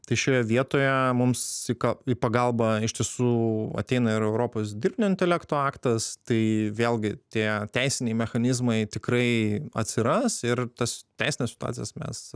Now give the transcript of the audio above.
tai šioje vietoje mums į ka į pagalbą iš tiesų ateina ir europos dirbtinio intelekto aktas tai vėlgi tie teisiniai mechanizmai tikrai atsiras ir tas teisines situacijas mes